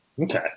Okay